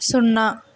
సున్నా